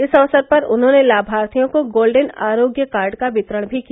इस अवसर पर उन्होंने लामार्थियों को गोल्डेन आरोग्य कार्ड का वितरण भी किया